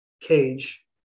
cage